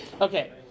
Okay